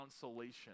consolation